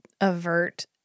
avert